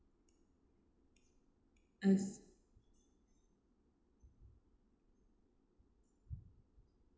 as